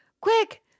quick